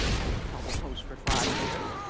and who held the post for five years.